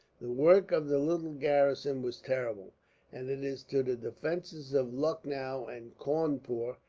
the work of the little garrison was terrible and it is to the defences of lucknow and cawnpore,